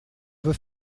veut